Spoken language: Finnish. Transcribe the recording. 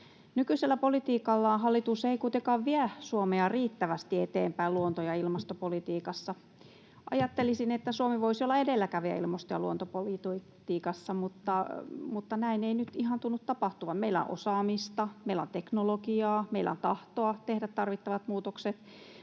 Nykyisellä politiikallaan hallitus ei kuitenkaan vie Suomea riittävästi eteenpäin luonto- ja ilmastopolitiikassa. Ajattelisin, että Suomi voisi olla edelläkävijä ilmasto- ja luontopolitiikassa, mutta näin ei nyt ihan tunnu tapahtuvan. Meillä on osaamista, meillä on teknologiaa ja meillä on tahtoa tehdä tarvittavat muutokset,